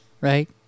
right